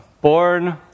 born